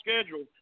schedule